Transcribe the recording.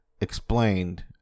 explained